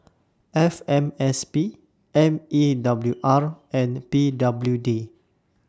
F M S P M E A W R and P W D